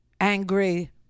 angry